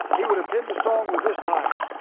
he would append a song with this title.